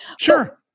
Sure